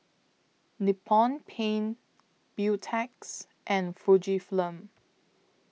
Nippon Paint Beautex and Fujifilm